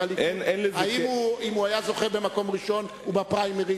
אם הוא היה זוכה במקום ראשון בפריימריס,